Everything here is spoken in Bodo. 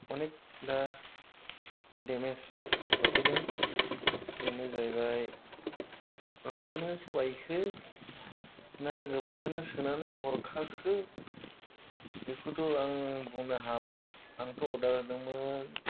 गोबां देमेज सौफैदों बेनो जाहैबाय लाबोनायाव सोलायखो ना गोबायखौनो सोनानै हरखाखो बेखौथ' आं बुंनो हाला आंथ' अरदार होदोंमोन